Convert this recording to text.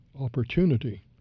opportunity